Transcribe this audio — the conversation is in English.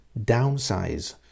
Downsize